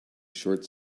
short